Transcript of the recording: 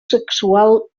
sexual